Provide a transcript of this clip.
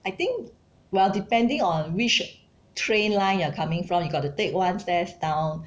I think well depending on which train line you are coming from you got to take one stairs down